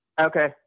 Okay